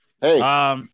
hey